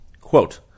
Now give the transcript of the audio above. Quote